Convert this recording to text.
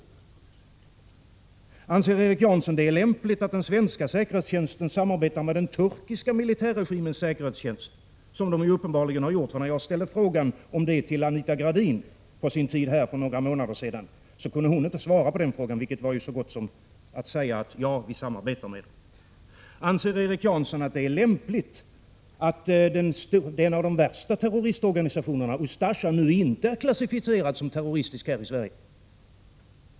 För det femte: Anser Erik Janson att det är lämpligt att den svenska säkerhetstjänsten samarbetar med den turkiska militärregimens säkerhetstjänst, som man uppenbarligen gjort? När jag ställde en fråga om detta till Anita Gradin för några månader sedan kunde hon inte svara på den frågan, 79 vilket man kan tolka som att den svenska säkerhetstjänsten har samarbetat med denna säkerhetstjänst. För det sjätte: Anser Erik Janson att det är lämpligt att en av de värsta terroristorganisationerna, Ustasja, nu inte klassificeras som terroristisk här i Sverige?